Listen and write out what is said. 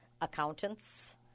accountants